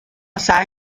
سعی